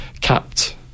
capped